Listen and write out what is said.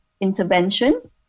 intervention